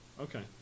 Okay